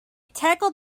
tackled